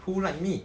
who like me